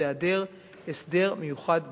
בהיעדר הסדר מיוחד בחוק.